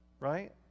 right